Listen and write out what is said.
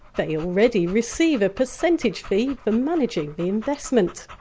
they already receive a percentage fee for managing the investment.